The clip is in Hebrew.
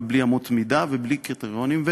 ובלי אמות מידה ובלי קריטריונים.